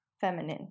feminine